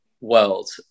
world